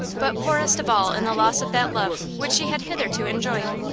but poorest of all in the loss of that love which she had hitherto enjoyed.